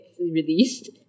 released